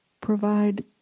provide